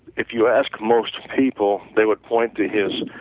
if you ask most people they would point to his